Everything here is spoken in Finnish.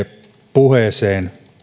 puheessa